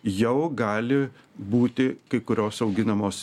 jau gali būti kai kurios auginamos